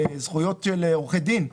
זכויות של עורכי-דין,